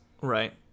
Right